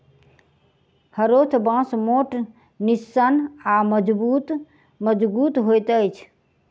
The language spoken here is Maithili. हरोथ बाँस मोट, निस्सन आ मजगुत होइत अछि